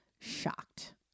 shocked